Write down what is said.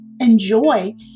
enjoy